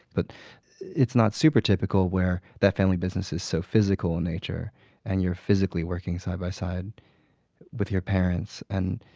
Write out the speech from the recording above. but it's not super typical where that family business is so physical in nature and you're physically working side by side with your parents. and